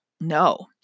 No